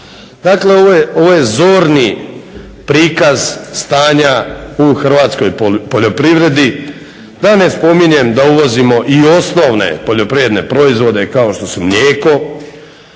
Dakle, ovo je zorni prikaz stanja u hrvatskoj poljoprivredi, da ne spominjem da uvozimo i osnovne poljoprivredne proizvode kao što su mlijeko,